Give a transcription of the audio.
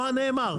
אבל נאמר.